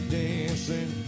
dancing